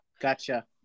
Gotcha